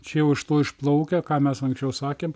čia jau iš to išplaukia ką mes anksčiau sakėm